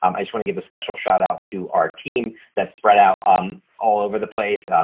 um i just wanna give a special shout out to our team that's spread out um all over the place.